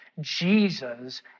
Jesus